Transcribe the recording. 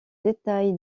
détail